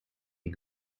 die